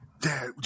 Dad